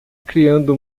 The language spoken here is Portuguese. criando